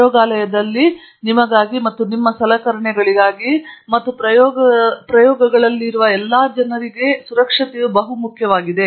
ಪ್ರಯೋಗಾಲಯದಲ್ಲಿ ನಿಮಗಾಗಿ ಮತ್ತು ಸಲಕರಣೆಗಳಿಗಾಗಿ ಮತ್ತು ಪ್ರಯೋಗಗಳಲ್ಲೂ ಸಹ ಇರುವ ಎಲ್ಲ ಜನರಿಗೆ ಸುರಕ್ಷತೆಯು ಮುಖ್ಯವಾಗಿದೆ